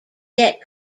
debt